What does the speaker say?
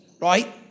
right